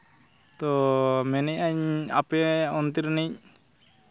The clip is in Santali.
ᱛᱳ ᱢᱮᱱᱮᱫ ᱟᱹᱧ ᱟᱯᱮ ᱚᱱᱛᱮ ᱨᱤᱱᱤᱡ